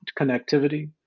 connectivity